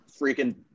freaking